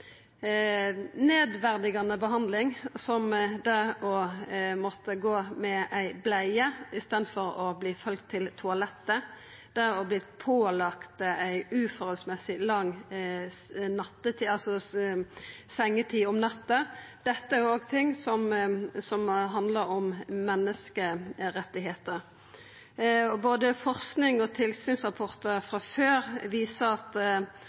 nedverdigande behandling, som det å måtta gå med bleie i staden for å bli følgt til toalettet og å verta pålagt ei urimeleg lang sengetid om natta. Dette handlar òg om menneskerettar. Som både forsking og tilsynsrapportar frå tidlegare viser og tilbakevendande saker i mediene indikerer, opplever bebuarar på sjukeheim manglande omsorg og